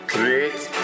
Create